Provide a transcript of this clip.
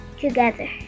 together